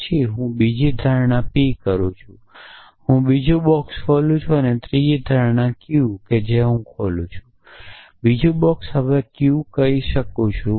પછી હું બીજી ધારણા પી કરું છું હું બીજો બોક્સ ખોલું છું અને ત્રીજી ધારણા q જે હું ખોલું છું બીજ બોક્સ અને હવે હું કહી શકું છું